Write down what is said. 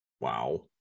wow